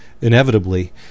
inevitably